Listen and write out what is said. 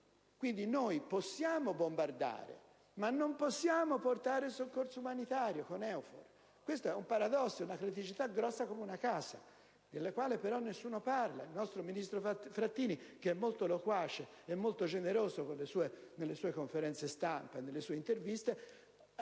Quindi, possiamo bombardare, ma non possiamo portare soccorso umanitario con EUFOR. Si tratta di un paradosso, di una criticità grande come una casa di cui però nessuno parla. Il ministro Frattini, che è molto loquace ed è molto generoso nelle sue conferenze stampa e nelle sue interviste,